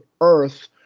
earth